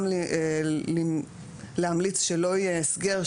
גם להמליץ שלא יהיה הסגר,